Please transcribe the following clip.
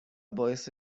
باعث